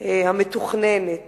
המתוכננת